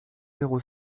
zéro